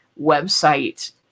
website